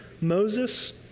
Moses